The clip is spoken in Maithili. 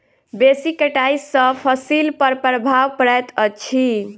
बेसी कटाई सॅ फसिल पर प्रभाव पड़ैत अछि